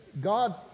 God